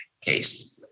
case